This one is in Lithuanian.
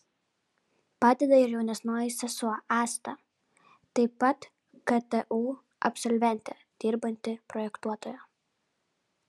padeda ir jaunesnioji sesuo asta taip pat ktu absolventė dirbanti projektuotoja